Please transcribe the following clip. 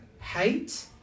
Hate